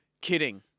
Kidding